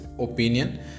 opinion